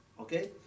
Okay